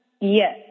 Yes